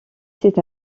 c’est